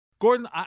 Gordon